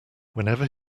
whenever